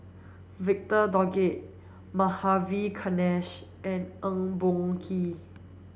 Victor Doggett Madhavi Krishnan and Eng Boh Kee